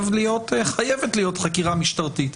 חייבת להיות חקירה משטרתית,